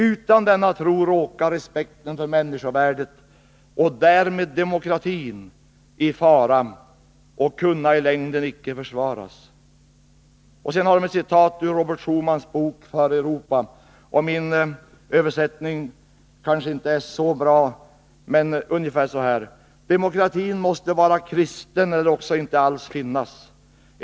Utan denna tro råkar respekten för människovärdet och därmed demokratien i fara och kunna i längden icke försvaras.” Stycket avslutas med två meningar ur Robert Schumans bok För Europa, som i min, kanske inte helt lyckade översättning lyder: Demokratin måste vara kristen eller också inte alls finnas.